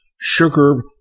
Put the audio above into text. sugar